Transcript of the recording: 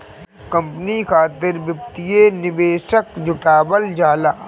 company खातिर वित्तीय निवेशक जुटावल जाला